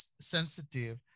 sensitive